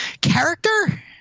character